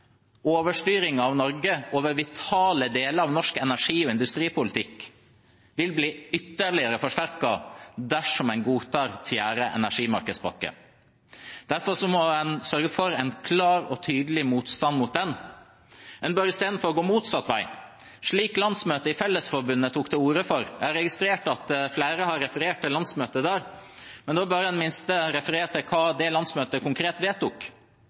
av Norge over vitale deler av norsk energi- og industripolitikk vil bli ytterligere forsterket dersom en godtar fjerde energimarkedspakke. Derfor må en sørge for en klar og tydelig motstand mot den. En bør istedenfor gå motsatt vei, slik landsmøtet i Fellesforbundet tok til orde for. Jeg har registrert at flere har referert til landsmøtet der, men da bør en i det minste referere til hva det landsmøtet konkret vedtok.